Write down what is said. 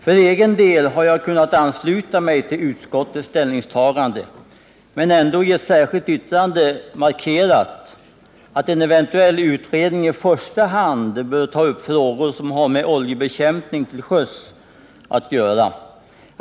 För egen del har jag kunnat ansluta mig till utskottets ställningstagande, men jag har ändå i ett särskilt yttrande markerat att en eventuell utredning i första hand bör ta upp frågor som har med oljebekämpning till sjöss att göra.